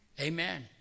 Amen